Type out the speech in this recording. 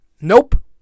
Nope